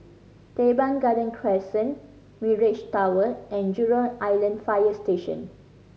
Teban Garden Crescent Mirage Tower and Jurong Island Fire Station